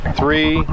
three